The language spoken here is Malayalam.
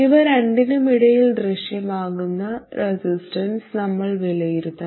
ഇവ രണ്ടിനുമിടയിൽ ദൃശ്യമാകുന്ന റെസിസ്റ്റൻസ് നമ്മൾ വിലയിരുത്തണം